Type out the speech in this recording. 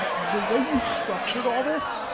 the way you structured all this,